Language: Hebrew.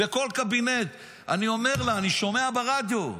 בכל קבינט אני אומר לה: אני שומע ברדיו.